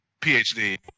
PhD